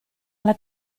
alla